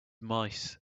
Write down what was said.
mice